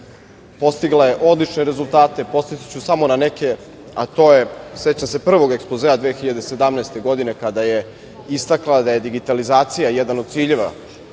Postigla je odlične rezultate. Podsetiću samo na neke, a to je, sećam se prvog Ekspozea 2017. godine kada je istakla da je digitalizacija jedan od ciljeva